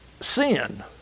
sin